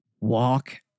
Walk